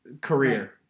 career